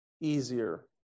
easier